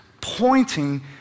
pointing